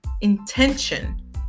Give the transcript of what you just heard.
intention